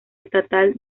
estatal